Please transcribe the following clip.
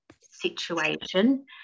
situation